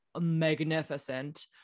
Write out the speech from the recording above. magnificent